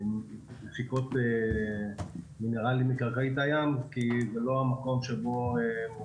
שמפיקות מינרלים מקרקעית הים כי זה לא המקום שבו...